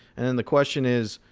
and the question is,